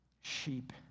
sheep